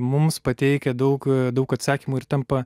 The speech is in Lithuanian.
mums pateikia daug daug atsakymų ir tampa